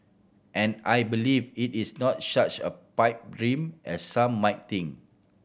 and I believe it is not such a pipe dream as some might think